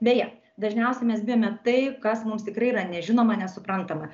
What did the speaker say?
beje dažniausiai mes bijome tai kas mums tikrai yra nežinoma nesuprantama